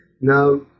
Now